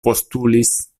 postulis